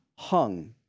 Hung